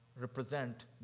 represent